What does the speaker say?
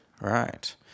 Right